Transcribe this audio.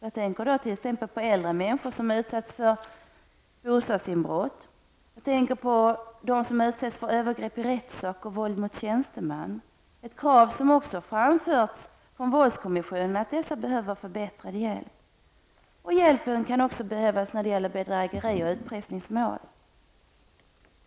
Jag tänker då bl.a. på äldre människor som utsatts för bostadsinbrott och jag tänker på dem som utsatts för övergrepp i rättssakt och våld mot tjänsteman. Ett krav som också framförts från våldskommissionen är att dessa behöver förbättrad hjälp. Hjälpen kan också behövas i vissa fall av bedrägeri och utpressningsmål.